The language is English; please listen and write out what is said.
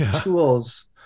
tools